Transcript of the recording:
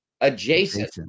adjacent